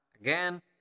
again